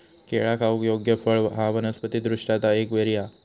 केळा खाऊक योग्य फळ हा वनस्पति दृष्ट्या ता एक बेरी हा